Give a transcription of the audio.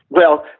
well,